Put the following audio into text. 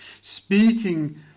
speaking